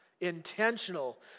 Intentional